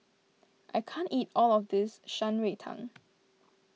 I can't eat all of this Shan Rui Tang